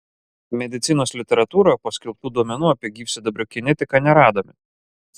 medicinos literatūroje paskelbtų duomenų apie gyvsidabrio kinetiką neradome